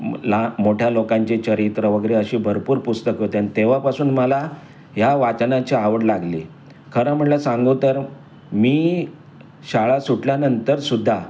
मो ल मोठ्या लोकांचे चरित्र वगैरे अशी भरपूर पुस्तक होते आणि तेव्हापासून मला ह्या वाचनाची आवड लागली खरं म्हटलं सांगू तर मी शाळा सुटल्यानंतरसुद्धा